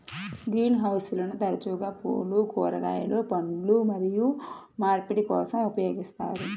green హౌస్లను తరచుగా పువ్వులు, కూరగాయలు, పండ్లు మరియు మార్పిడి కోసం ఉపయోగిస్తారు